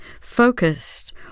focused